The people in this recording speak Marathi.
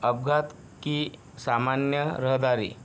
अपघात की सामान्य रहदारी